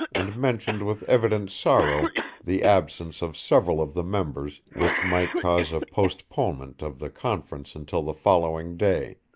and mentioned with evident sorrow the absence of several of the members which might cause a postponement of the conference until the following day.